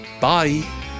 Bye